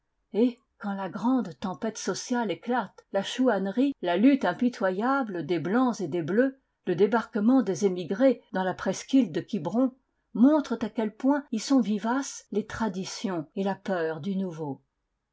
et quand la grande tempête sociale éclate la chouannerie la lutte impitoyable des blancs et des bleus le débarquement des émigrés dans la presqu'île de quiberon montrent à quel point y sont vivaces les traditions et la peur du nouveau